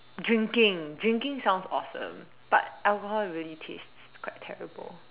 drinking drinking sounds awesome but alcohol really taste quite terrible